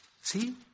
See